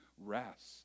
rest